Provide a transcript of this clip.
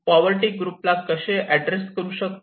poverty ग्रुपला कसे dress करू शकतो